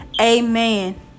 Amen